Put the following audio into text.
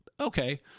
Okay